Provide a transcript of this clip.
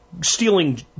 stealing